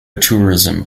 tourism